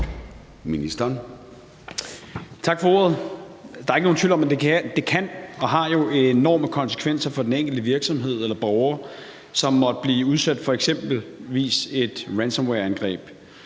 Tak for ordet. Der er ikke nogen tvivl om, at det kan have og jo har enorme konsekvenser for den enkelte virksomhed eller borgere, som måtte blive udsat for eksempelvis et ransomwareangreb.